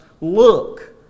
look